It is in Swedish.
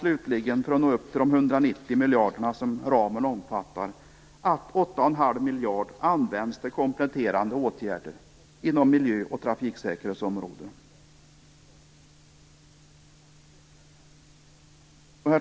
Slutligen, för att nå upp till de 190 miljarder som ramen omfattar, används 8 1⁄2 miljarder till kompletterande åtgärder inom miljö och trafiksäkerhetsområdet.